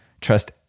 Trust